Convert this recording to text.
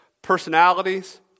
personalities